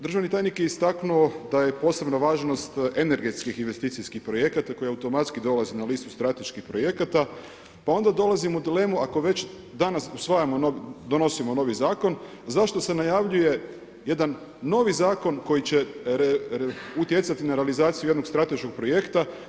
Državni tajnik je istaknuo da je posebna važnost energetskih investicijskih projekata koji automatski dolaze na listu strateških projekata pa onda dolazim u dilemu ako danas donosimo novi zakona, zašto se najavljuje jedan novi zakon koji će utjecati na realizaciju jednog strateškog projekta?